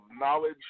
knowledge